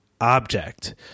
object